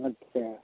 अच्छा